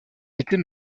était